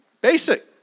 Basic